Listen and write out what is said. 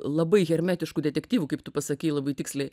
labai hermetiškų detektyvų kaip tu pasakei labai tiksliai